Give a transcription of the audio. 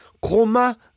Koma